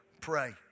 Pray